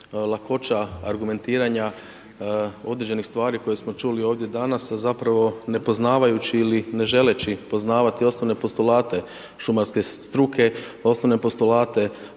lakoća argumentiranja određenih stvari koje smo čuli ovdje danas, a zapravo ne poznavajući ili ne želeći poznavati osnovne postulate šumarske struke, osnovne postulate